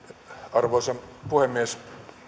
arvoisa puhemies